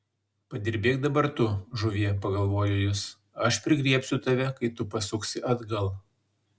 padirbėk dabar tu žuvie pagalvojo jis aš prigriebsiu tave kai tu pasuksi atgal